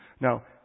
now